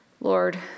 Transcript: Lord